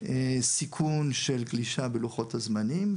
סיכון של גלישה בלוחות הזמנים,